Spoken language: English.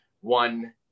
one